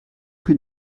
rue